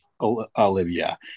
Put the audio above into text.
Olivia